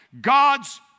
God's